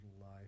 life